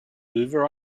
hoover